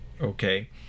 Okay